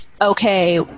okay